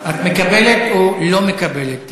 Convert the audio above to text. את מקבלת או לא מקבלת?